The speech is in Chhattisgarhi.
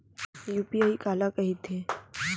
यू.पी.आई काला कहिथे?